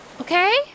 okay